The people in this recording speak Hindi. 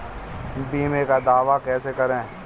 बीमे का दावा कैसे करें?